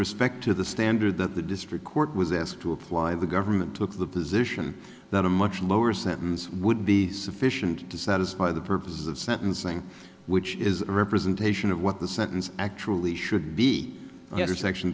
respect to the standard that the district court was asked to apply the government took the position that a much lower sentence would be sufficient to satisfy the purposes of sentencing which is a representation of what the sentence actually should be ye